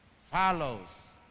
follows